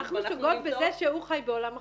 אנחנו שוגות בזה שהוא חי בעולם אחר.